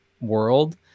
world